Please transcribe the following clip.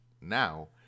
Now